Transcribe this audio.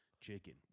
chicken